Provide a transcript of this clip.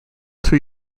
two